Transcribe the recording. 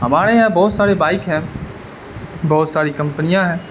ہمارے یہاں بہت سارے بائک ہے بہت ساری کمپنیاں ہیں